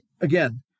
again